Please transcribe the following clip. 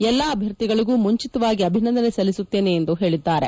ಎಲ್ಲಾ ಅಭ್ಲರ್ಥಿಗಳಿಗೂ ಮುಂಚಿತವಾಗಿ ಅಭಿನಂದನೆ ಸಲ್ಲಿಸುತ್ತೇನೆ ಎಂದು ಹೇಳಿದ್ದಾರೆ